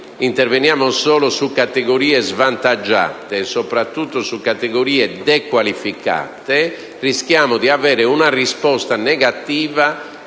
interveniamo solo su categorie svantaggiate, soprattutto su categorie dequalificate, rischiamo di avere una risposta negativa